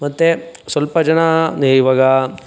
ಮತ್ತೆ ಸ್ವಲ್ಪ ಜನ ನೀ ಇವಾಗ